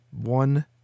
One